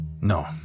No